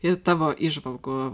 ir tavo įžvalgų